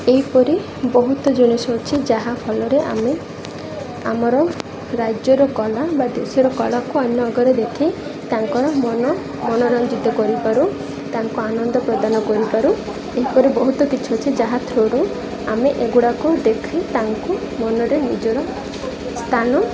ଏହିପରି ବହୁତ ଜିନିଷ ଅଛି ଯାହାଫଲରେ ଆମେ ଆମର ରାଜ୍ୟର କଲା ବା ଦେଶର କଲାକୁ ଅନ୍ୟ ଆଗରେ ଦେଖି ତାଙ୍କର ମନ ମନୋରଞ୍ଜିତ କରିପାରୁ ତାଙ୍କୁ ଆନନ୍ଦ ପ୍ରଦାନ କରିପାରୁ ଏହିପରି ବହୁତ କିଛି ଅଛି ଯାହା ଥ୍ରୁରୁ ଆମେ ଏଗୁଡ଼ାକୁ ଦେଖି ତାଙ୍କୁ ମନରେ ନିଜର ସ୍ଥାନ